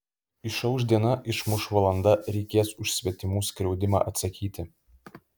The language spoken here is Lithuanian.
išauš diena išmuš valanda reikės už svetimų skriaudimą atsakyti